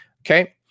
Okay